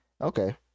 Okay